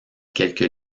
quelques